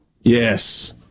Yes